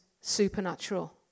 supernatural